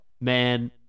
man